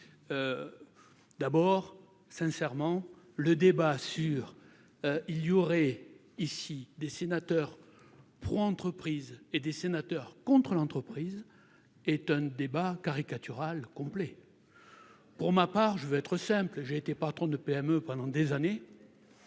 d'abord sincèrement le débat sur, il y aurait ici des sénateurs pro-entreprises et des sénateurs contre l'entreprise est un débat caricatural complet pour ma part, je veux être simple et j'ai été patron de PME pendant des années.